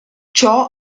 ciò